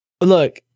Look